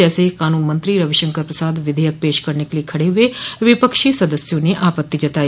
जैसे ही कानून मंत्री रविशंकर प्रसाद विधेयक पेश करने के लिए खड़े हुए विपक्षी सदस्यों ने आपत्ति जताई